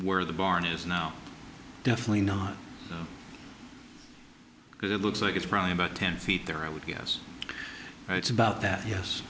where the barn is now definitely not because it looks like it's probably about ten feet there i would guess it's about that yes